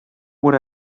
would